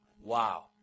Wow